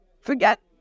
Forget